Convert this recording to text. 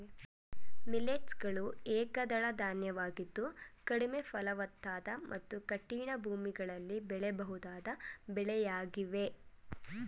millets ಗಳು ಏಕದಳ ಧಾನ್ಯವಾಗಿದ್ದು ಕಡಿಮೆ ಫಲವತ್ತಾದ ಮತ್ತು ಕಠಿಣ ಭೂಮಿಗಳಲ್ಲಿ ಬೆಳೆಯಬಹುದಾದ ಬೆಳೆಯಾಗಿವೆ